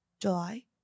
July